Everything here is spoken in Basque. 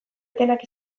etenak